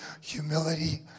humility